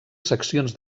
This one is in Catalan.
seccions